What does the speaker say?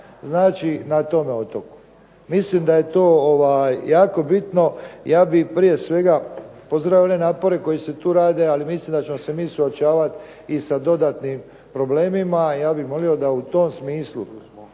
znači na tome otoku. Mislim da je to jako bitno. Ja bih prije svega, pozdravljam napore koji se tu rade, ali mislim da ćemo se mi suočavati i sa dodatnim problemima. Ja bih molio da u tom smislu